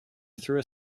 through